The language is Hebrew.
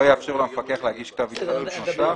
לא יאפשר לו המפקח להגיש כתב התחייבות נוסף.